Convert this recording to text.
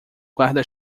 guarda